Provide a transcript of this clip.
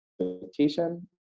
expectation